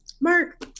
Mark